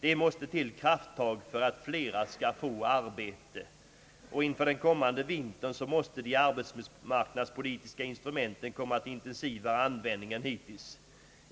Det måste till krafttag för att flera skall få arbete. Inför den kommande vintern måste de arbetsmarknadspolitiska instrumenten komma till intensivare användning än hittills.